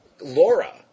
Laura